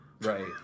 Right